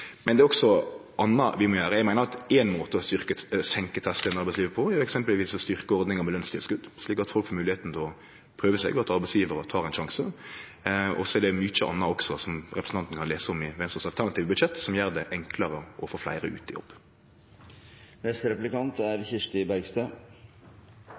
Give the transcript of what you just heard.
Men det er også anna vi må gjere. Eg meiner at ein måte å senke tersklane i arbeidslivet på er eksempelvis å styrkje ordninga med lønstilskot, slik at folk får moglegheita til å prøve seg og at arbeidsgjevarar tek ein sjanse. Det er òg mykje anna som representanten kan lese om i Venstres alternative budsjett, og som gjer det enklare å få fleire ut i jobb.